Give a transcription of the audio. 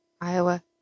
Iowa